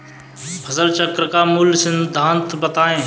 फसल चक्र का मूल सिद्धांत बताएँ?